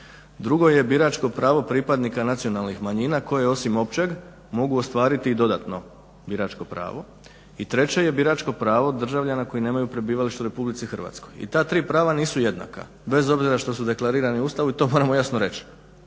Drugo je biračko pravo pripadnika nacionalnih manjina koje osim općeg mogu ostvariti i dodatno biračko pravo. I treće je biračko pravo državljana koji nemaju prebivalište u RH. I ta tri prava nisu jednaka, bez obzira što su deklarirani u Ustavu i to moramo jasno reći.